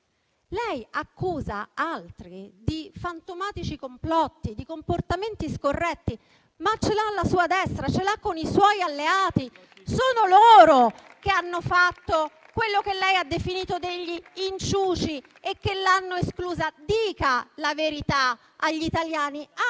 Lei accusa altri di fantomatici complotti e di comportamenti scorretti, ma ce l'ha alla sua destra, ce l'ha con i suoi alleati: sono loro che hanno fatto quello che lei ha definito degli inciuci e che l'hanno esclusa. Dica la verità agli italiani, abbia